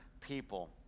people